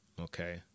Okay